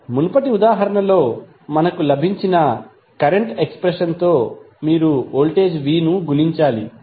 మునుపటి ఉదాహరణలో మనకు లభించిన కరెంట్ ఎక్స్ప్రెషన్ తో మీరు వోల్టేజ్ v ను గుణించాలి